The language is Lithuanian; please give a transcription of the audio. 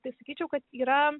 tai sakyčiau kad yra